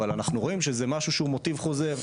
אבל אנחנו רואים שזה משהו שהוא מוטיב חוזר.